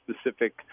specific